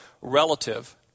relative